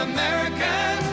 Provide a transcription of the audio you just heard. American